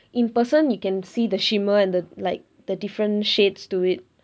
in person you can see the shimmer and the like the different shades to it